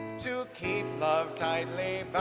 to keep love tightly